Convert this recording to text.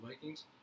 Vikings